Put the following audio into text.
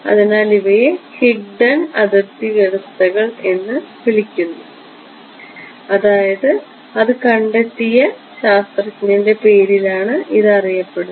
അതിനാൽ ഇവയെ ഹിഗ്ഡൺ അതിർത്തി വ്യവസ്ഥകൾ എന്ന് വിളിക്കുന്നു അതായത് അതു കണ്ടെത്തിയ ശാസ്ത്രജ്ഞന്റെ പേരിലാണ് ഇത് അറിയപ്പെടുന്നത്